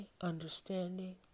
understanding